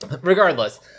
Regardless